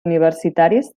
universitaris